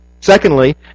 Secondly